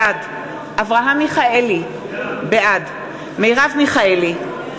בעד אברהם מיכאלי, בעד מרב מיכאלי,